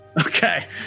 Okay